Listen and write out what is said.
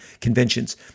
conventions